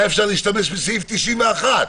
היה אפשר להשתמש בסעיף 91,